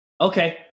Okay